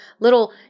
little